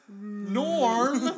norm